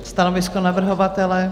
Stanovisko navrhovatele?